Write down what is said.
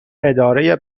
اداره